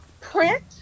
print